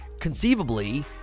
conceivably